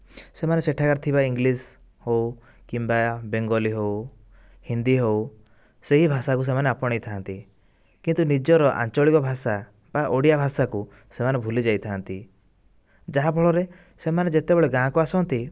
ସେମାନେ ସେଠାକାର ଥିବା ଇଂଲିଶ୍ ହେଉ କିମ୍ବା ବେଙ୍ଗଲି ହେଉ ହିନ୍ଦୀ ହେଉ ସେହି ଭାଷାକୁ ସେମାନେ ଆପଣାଇଥାନ୍ତି କିନ୍ତୁ ନିଜର ଆଞ୍ଚଳିକ ଭାଷା ବା ଓଡ଼ିଆ ଭାଷାକୁ ସେମାନେ ଭୁଲି ଯାଇଥାନ୍ତି ଯାହା ଫଳରେ ସେମାନେ ଯେତେବେଳେ ଗାଁକୁ ଆସନ୍ତି